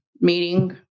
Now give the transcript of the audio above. meeting